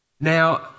Now